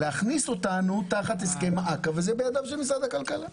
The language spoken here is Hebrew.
להכניס אותנו תחת הסכם אכ"א וזה בידי משרד הכלכלה.